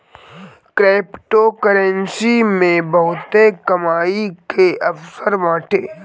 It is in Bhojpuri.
क्रिप्टोकरेंसी मे बहुते कमाई के अवसर बाटे